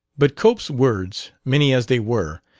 but cope's words, many as they were,